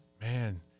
man